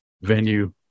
venue